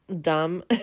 dumb